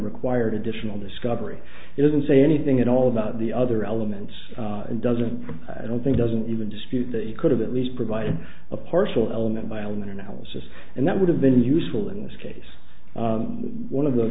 required additional discovery it doesn't say anything at all about the other elements and doesn't i don't think doesn't even dispute that you could have at least provided a partial element by element analysis and that would have been useful in this case one of the